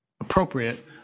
appropriate